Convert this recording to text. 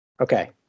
Okay